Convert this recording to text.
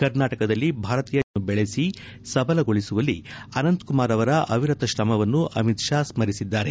ಕರ್ನಾಟಕದಲ್ಲಿ ಭಾರತೀಯ ಜನತಾ ಪಕ್ಷವನ್ನು ಬೆಳೆಸಿ ಸಬಲಗೊಳಿಸುವಲ್ಲಿ ಅನಂತಕುಮಾರ್ ಅವರ ಅವಿರತ ಶ್ರಮವನ್ನು ಅಮಿತ್ ಷಾ ಸ್ಮರಿಸಿದ್ದಾರೆ